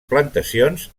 plantacions